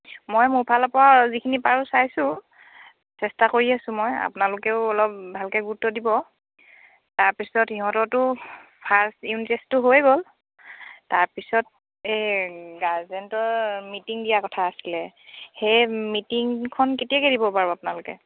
মই মোৰ ফালৰপৰাও যিখিনি পাৰো চাইছোঁ চেষ্টা কৰি আছো মই আপোনালোকেও অলপ ভালকৈ গুৰুত্ব দিব তাৰপিছত ইহঁতৰটো ফাৰ্ষ্ট ইউনিট টেষ্টটো হৈ গ'ল তাৰপিছত এই গাৰ্জেন্টৰ মিটিং দিয়া কথা আছিলে সেই মিটিংখন কেতিয়াকৈ দিব বাৰু আপোনালোকে